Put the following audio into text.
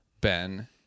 Ben